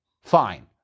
Fine